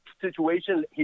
situation